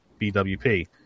BWP